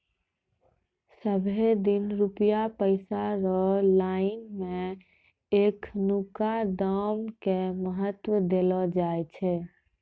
सबहे दिन रुपया पैसा रो लाइन मे एखनुका दाम के महत्व देलो जाय छै